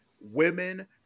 women